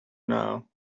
now